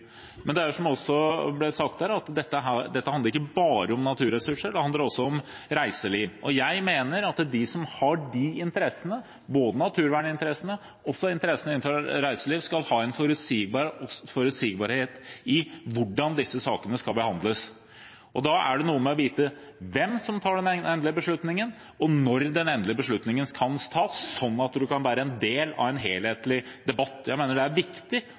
Men, som det også ble sagt her, dette handler ikke bare om naturressurser. Det handler også om reiseliv. Jeg mener at de som har de interessene, både naturverninteressene og interessene innenfor reiseliv, skal ha en forutsigbarhet i hvordan disse sakene skal behandles. Da er det noe med å vite hvem som tar den endelige beslutningen, og når den endelige beslutningen kan tas, slik at det kan være en del av en helhetlig debatt. Jeg mener at det er viktig